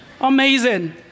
Amazing